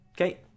okay